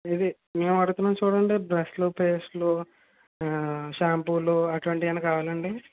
ఇది మేము అడుగుతున్నాం చూడండీ బ్రష్లు పేస్ట్లు షాంపూలు అట్లాంటివి ఏవన్నా కావాలండి